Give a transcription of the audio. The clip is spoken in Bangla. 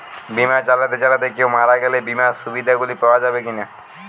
বিমা চালাতে চালাতে কেও মারা গেলে বিমার সুবিধা গুলি পাওয়া যাবে কি না?